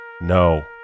No